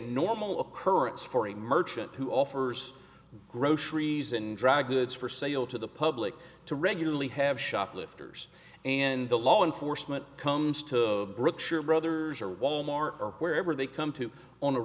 normal occurrence for a merchant who offers groceries and dry goods for sale to the public to regularly have shoplifters and the law enforcement comes to brick sure brothers or walmart or wherever they come to on a